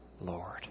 Lord